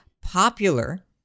popular